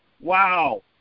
Wow